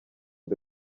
the